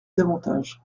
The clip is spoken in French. davantage